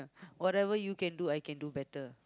whatever you can do I can do better